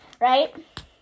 Right